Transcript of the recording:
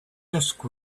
dusk